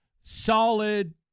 solid